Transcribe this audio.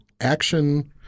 action